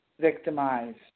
victimized